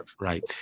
right